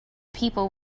people